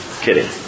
kidding